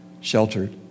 sheltered